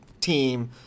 team